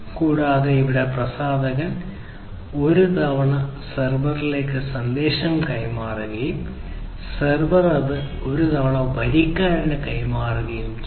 കൂടാതെ ഇവിടെ പ്രസാധകൻ ഒരു തവണ സെർവറിലേക്ക് സന്ദേശം കൈമാറുകയും സെർവർ അത് ഒരു തവണ വരിക്കാരന് കൈമാറുകയും ചെയ്യുന്നു